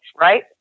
Right